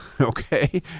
okay